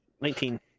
Nineteen